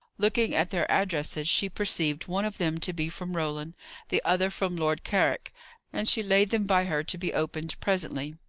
looking at their addresses, she perceived one of them to be from roland the other from lord carrick and she laid them by her to be opened presently.